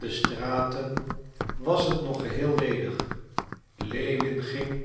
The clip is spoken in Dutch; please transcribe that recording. de straten was het nog geheel ledig lewin ging